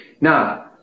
Now